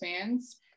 fans